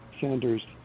Sanders